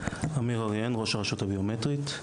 עמיר אריהן, ראש הרשות הביומטרית.